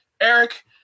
Eric